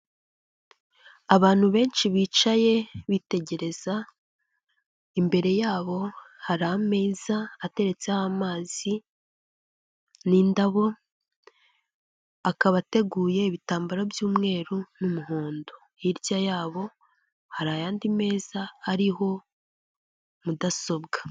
Abantu benshi bicaye bitegereza, imbere yabo hari ameza ateretseho amazi n'indabo, akaba ateguye ibitamba by'umweru n'umuhondo, hirya yabo hari ayandi meza ariho mudasobwa.